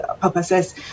purposes